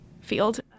field